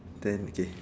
then okay